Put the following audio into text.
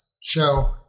show